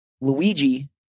Luigi